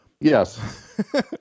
Yes